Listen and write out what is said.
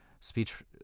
speech